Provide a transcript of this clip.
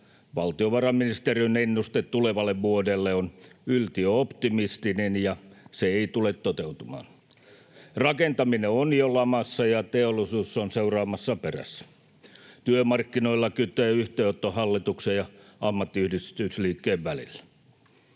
valtiovarainministeriön ennuste tulevalle vuodelle on yltiöoptimistinen ja se ei tule toteutumaan. [Sinuhe Wallinheimon välihuuto] Rakentaminen on jo lamassa, ja teollisuus on seuraamassa perässä. Työmarkkinoilla kytee yhteenotto hallituksen ja ammattiyhdistysliikkeen välillä.